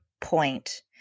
point